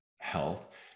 health